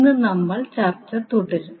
ഇന്ന് നമ്മൾ ചർച്ച തുടരും